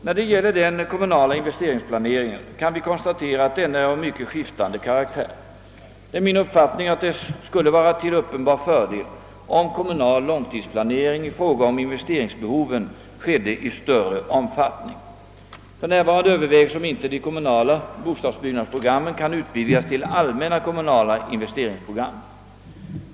När det gäller den kommunala investeringsplaneringen kan vi konstatera att denna är av mycket skiftande ka raktär. Det är min uppfattning att det skulle vara till uppenbar fördel om kommunal långtidsplanering i fråga om investeringsbehoven skedde i större omfattning. För närvarande övervägs om inte de kommunala bostadsbyggnadsprogrammen kan utvidgas till allmänna kommunala investeringsprogram.